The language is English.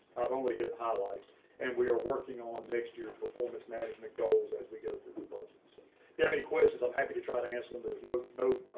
i've only hit highlights and we are working on next year performance management goals as we go through the budget. so if you have any questions i'm happy to try to answer them but no, no,